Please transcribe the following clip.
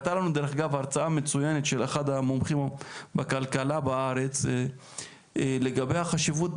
הייתה לנו הרצאה מצוינת של אחד המומחים בכלכלה בארץ לגבי החשיבות,